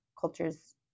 culture's